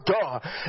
god